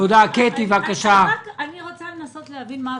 אני רוצה לנסות להבין את התחשיב.